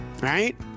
right